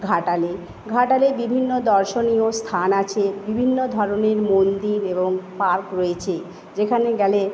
ঘাটালে ঘাটালে বিভিন্ন দর্শনীয় স্থান আছে বিভিন্ন ধরনের মন্দির এবং পার্ক রয়েছে যেখানে গেলে